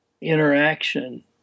interaction